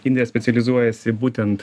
idrė specializuojasi būtent